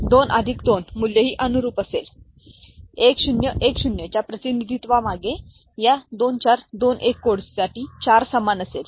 तर 2 अधिक 2 मूल्य ही अनुरुप असेल 1010 च्या प्रतिनिधित्वामध्ये या 2421 कोडसाठी 4 समान असेल